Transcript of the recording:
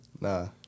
Nah